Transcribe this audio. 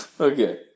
Okay